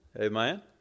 Amen